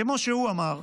כמו שהוא אמר,